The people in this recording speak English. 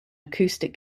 acoustic